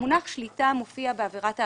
המונח "שליטה" מופיע בעבירת העבדות.